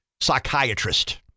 Psychiatrist